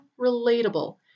relatable